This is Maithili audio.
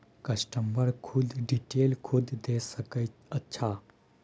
कस्टमर खुद डिटेल खुद देख सके अच्छा